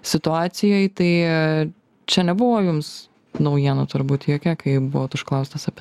situacijoj tai čia nebuvo jums naujiena turbūt jokia kai buvot užklaustas apie